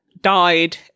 died